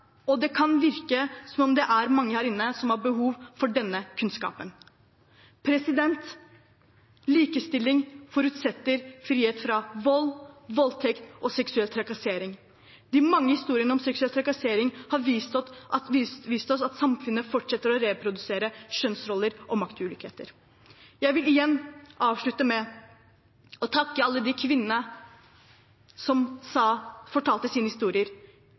og det kan virke som om det er mange her inne som har behov for denne kunnskapen. Likestilling forutsetter frihet fra vold, voldtekt og seksuell trakassering. De mange historiene om seksuell trakassering har vist oss at samfunnet fortsetter å reprodusere kjønnsroller og maktulikheter. Jeg vil avslutte med igjen å takke alle de kvinnene som fortalte sine historier,